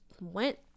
went